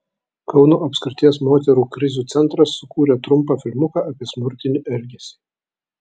kauno apskrities moterų krizių centras sukūrė trumpą filmuką apie smurtinį elgesį